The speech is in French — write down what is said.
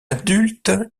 adulte